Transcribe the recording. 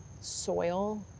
soil